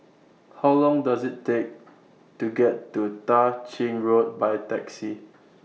How Long Does IT Take to get to Tah Ching Road By Taxi